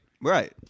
Right